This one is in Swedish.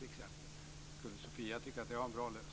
Skulle Sofia tycka att det var en bra lösning?